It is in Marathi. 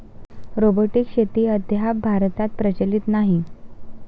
रोबोटिक शेती अद्याप भारतात प्रचलित नाही